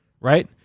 right